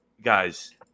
guys